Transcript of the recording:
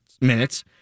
minutes